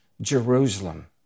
Jerusalem